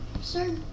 sir